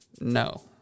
No